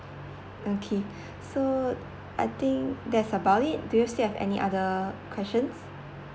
okay so I think that's about it do you still have any other questions